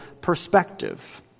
perspective